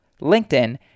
LinkedIn